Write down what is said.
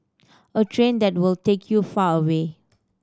a train that will take you far away